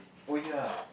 oh ya